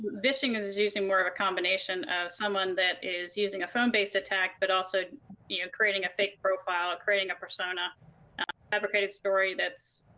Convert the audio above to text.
vishing is is using more of a combination of someone that is using a phone based attack but also you know creating a fake profile, creating a persona. a fabricated story that's